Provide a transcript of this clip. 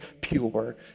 pure